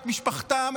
את משפחתם,